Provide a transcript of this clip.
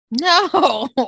No